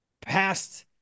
past